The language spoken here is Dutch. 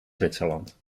zwitserland